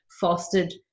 fostered